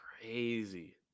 crazy